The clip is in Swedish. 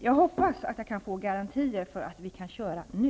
Jag hoppas att det går att få garantier för att det går att börja nu.